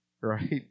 right